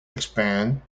expand